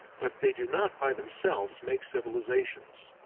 but they do not by themselves make civilizations.